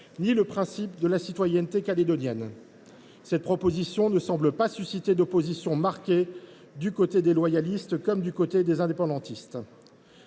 ni le principe d’une citoyenneté calédonienne. Cette proposition ne semble pas susciter d’opposition marquée du côté des loyalistes comme du côté des indépendantistes.